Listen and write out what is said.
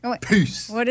Peace